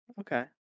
Okay